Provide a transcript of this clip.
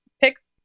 picks